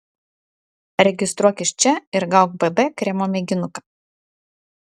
registruokis čia ir gauk bb kremo mėginuką